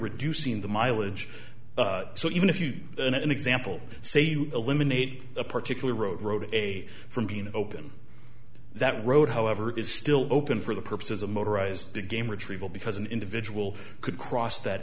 reducing the mileage so even if you do an example say you eliminate a particular road road a from being open that road however is still open for the purposes of motorized a game retrieval because an individual could cross that